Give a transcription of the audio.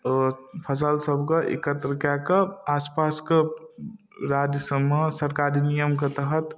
फसल सबके एकत्र कए कऽ आसपासके राज्य सबमे सरकारी नियमके तहत